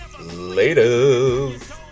Later